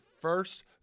first